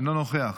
אינו נוכח,